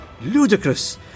ludicrous